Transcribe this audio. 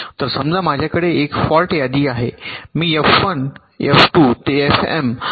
तर समजा माझ्याकडे एक फॉल्ट यादी आहे मी एफ 1 एफ 2 ते एफएम पर्यंतची एम संख्या आहे